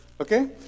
okay